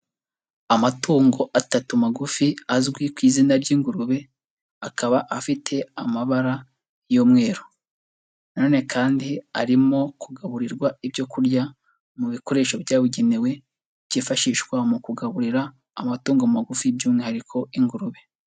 Amatungo atatu magufi azwi ku izina ry'ingurube, akaba afite amabara y'umweru, na none kandi arimo kugaburirwa ibyo kurya mu bikoresho byabugenewe byifashishwa mu kugaburira amatungo magufi by'umwihariko ingurube.